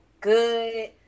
good